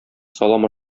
салам